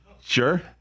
Sure